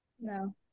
No